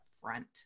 front